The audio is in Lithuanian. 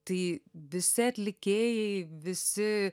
tai visi atlikėjai visi